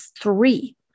three